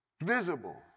Visible